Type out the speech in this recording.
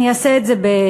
אני אעשה את זה טלגרפית.